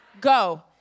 go